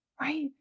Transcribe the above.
right